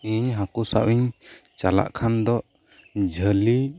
ᱤᱧ ᱦᱟᱹᱠᱳ ᱥᱟᱵ ᱤᱧ ᱪᱟᱞᱟᱜ ᱠᱷᱟᱱ ᱫᱚ ᱡᱷᱟᱹᱞᱤ